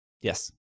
Yes